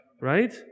right